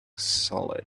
solid